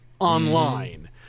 Online